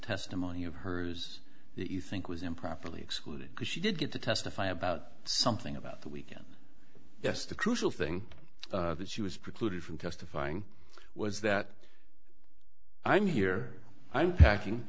testimony of hers that you think was improperly excluded because she did get to testify about something about the weekend yes the crucial thing that she was precluded from testifying was that i'm here i'm packing